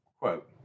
Quote